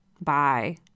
Bye